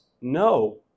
no